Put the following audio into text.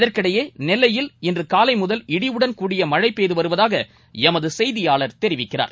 இதற்கிடையே நெல்லையில் இன்று காலை முதல் இடியுடன் கூடிய மழை பெய்து வருவதாக எமது செய்தியாளர் தெரிவிக்கிறார்